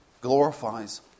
glorifies